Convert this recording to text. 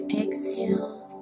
exhale